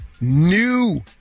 new